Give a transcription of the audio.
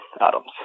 atoms